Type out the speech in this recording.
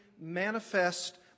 manifest